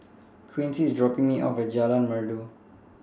Quincy IS dropping Me off At Jalan Merdu